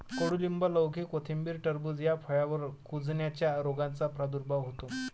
कडूलिंब, लौकी, कोथिंबीर, टरबूज या फळांवर कुजण्याच्या रोगाचा प्रादुर्भाव होतो